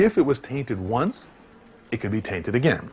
if it was tainted once it could be tainted again